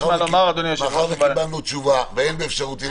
מאחר וקיבלנו תשובה ואין באפשרותי להגיע להצבעה,